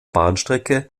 bahnstrecke